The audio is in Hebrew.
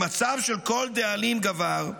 במצב שכל דאלים גבר,